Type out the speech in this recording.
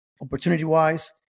opportunity-wise